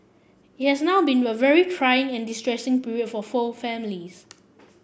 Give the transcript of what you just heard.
it has not been a very trying and distressing period for for families